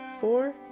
four